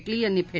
मी यांनी फे